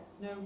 no